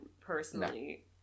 personally